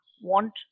want